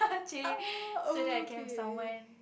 !aw! okay